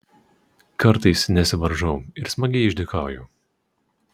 kartais nesivaržau ir smagiai išdykauju